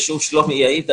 ושלומי יעיד,